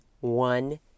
one